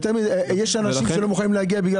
יש אנשים שלא מוכנים להגיע בגלל